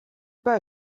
pas